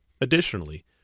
Additionally